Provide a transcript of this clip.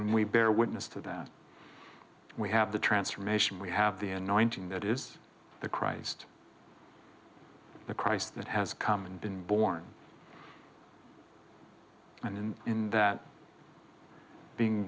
when we bear witness to that we have the transformation we have the anointed that is the christ the christ that has come and been born and in that being